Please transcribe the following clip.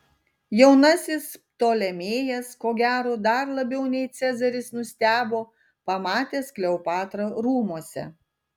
jaunasis ptolemėjas ko gero dar labiau nei cezaris nustebo pamatęs kleopatrą rūmuose